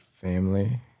family